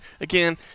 Again